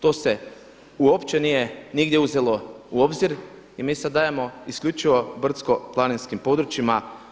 To se uopće nije nigdje uzelo u obzir mi sada dajemo isključivo brdsko-planinskim područjima.